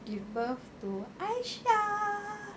give birth to aisyah